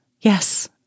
Yes